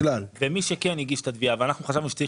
ומי שכן הגיש את התביעה ואנחנו חשבנו שצריך